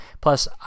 Plus